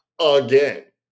again